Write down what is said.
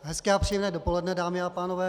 Hezké a příjemné dopoledne, dámy a pánové.